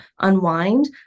unwind